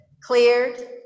cleared